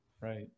Right